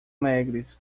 alegres